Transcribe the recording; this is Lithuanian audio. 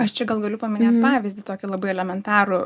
aš čia gal galiu paminėt pavyzdį tokį labai elementarų